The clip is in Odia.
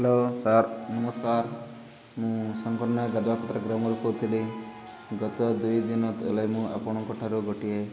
ହ୍ୟାଲୋ ସାର୍ ନମସ୍କାର ମୁଁ ସମ୍ପୂର୍ଣ୍ଣା ଗଦବାପତ୍ର ଗ୍ରାମରୁ କହୁଥିଲି ଗତ ଦୁଇ ଦିନ ତଳେ ମୁଁ ଆପଣଙ୍କ ଠାରୁ ଗୋଟିଏ